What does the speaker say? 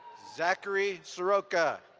zachary soroka.